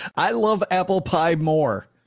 i love apple pie more